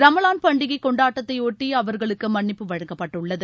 ரமலான் பண்டிகை கொண்டாட்டத்தை ஒட்டி அவர்களுக்கு மன்னிப்பு வழங்கப்பட்டுள்ளது